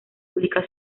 pública